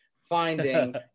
finding